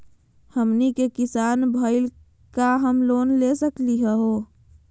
हमनी के किसान भईल, का हम लोन ले सकली हो?